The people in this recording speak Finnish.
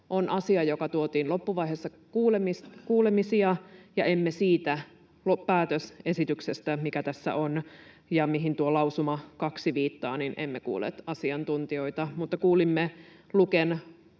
on asia, joka tuotiin loppuvaiheessa kuulemisia, ja emme siitä päätösesityksestä, mikä tässä on ja mihin tuo lausuma 2 viittaa, kuulleet asiantuntijoita. Mutta kuulimme Luken